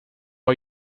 are